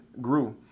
grew